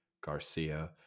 Garcia